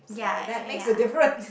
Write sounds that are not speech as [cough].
so that makes a difference [laughs]